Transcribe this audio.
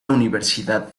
universidad